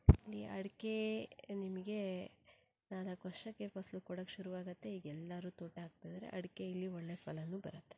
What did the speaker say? ಇಲ್ಲಿ ಅಡಿಕೆ ನಿಮಗೆ ನಾಲ್ಕು ವರ್ಷಕ್ಕೆ ಫಸಲು ಕೊಡಕ್ಕೆ ಶುರುವಾಗುತ್ತೆ ಈಗ ಎಲ್ಲರೂ ತೋಟ ಹಾಕ್ತಿದ್ದಾರೆ ಅಡಿಕೆ ಇಲ್ಲಿ ಒಳ್ಳೆಯ ಫಲನೂ ಬರುತ್ತೆ